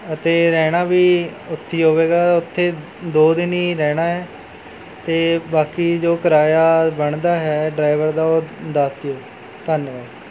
ਅਤੇ ਰਹਿਣਾ ਵੀ ਉੱਥੀ ਹੋਵੇਗਾ ਉੱਥੇ ਦੋ ਦਿਨ ਹੀ ਰਹਿਣਾ ਹੈ ਅਤੇ ਬਾਕੀ ਜੋ ਕਿਰਾਇਆ ਬਣਦਾ ਹੈ ਡਰਾਈਵਰ ਦਾ ਉਹ ਦੱਸ ਦਿਓ ਧੰਨਵਾਦ